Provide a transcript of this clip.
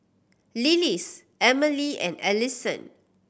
Lillis Amelie and Alisson